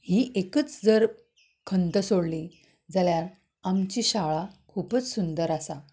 ही एकच जर खंत सोडली जाल्यार आमची शाळा खुबूच सुंदर आसा